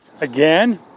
Again